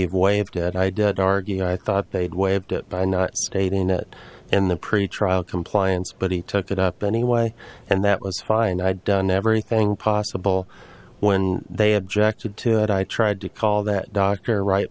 waved it i did argue i thought they'd waved it by not stating it in the pretrial compliance but he took it up anyway and that was fine i'd done everything possible when they objected to it i tried to call that doctor right